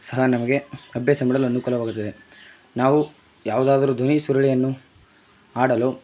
ಸಹ ನಮಗೆ ಅಭ್ಯಾಸ ಮಾಡಲು ಅನುಕೂಲವಾಗುತ್ತದೆ ನಾವು ಯಾವುದಾದರೂ ಧ್ವನಿ ಸುರುಳಿಯನ್ನು ಹಾಡಲು